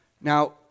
Now